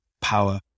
power